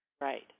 Right